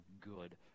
good